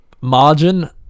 Margin